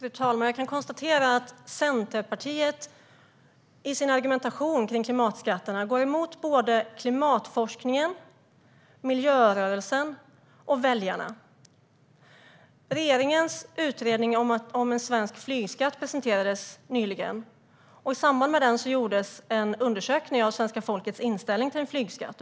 Fru talman! Jag kan konstatera att Centerpartiet i sin argumentation kring klimatskatterna går emot klimatforskningen, miljörörelsen och väljarna. Regeringens utredning om en svensk flygskatt presenterades nyligen. I samband med det gjordes en undersökning av svenska folkets inställning till en flygskatt.